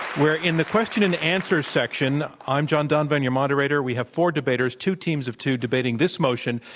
we're in the question and answer section. i'm john donvan, your moderator. we have four debaters, two teams of two, debating this motion,